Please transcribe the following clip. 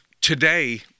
today